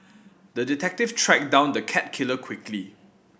the detective tracked down the cat killer quickly